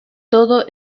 todo